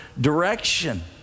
direction